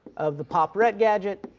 of the pop ret gadget,